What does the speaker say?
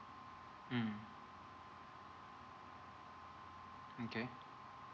mm okay